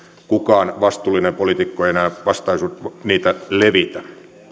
kukaan vastuullinen poliitikko ei enää levitä